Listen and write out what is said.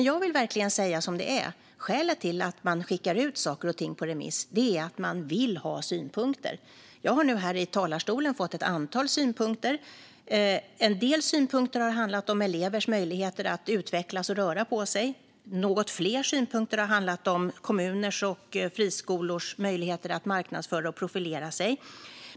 Jag vill säga som det är: Skälet till att man skickar ut saker på remiss är att man vill få in synpunkter. Jag har fått höra ett antal synpunkter här i talarstolen. En del har handlat om elevers möjligheter att utvecklas och röra på sig. Något fler har handlat om kommuners och friskolors möjligheter att marknadsföra och profilera sig.